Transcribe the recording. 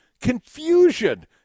confusion